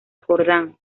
jordan